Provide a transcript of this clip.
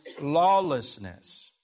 lawlessness